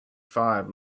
five